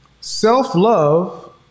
Self-love